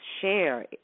share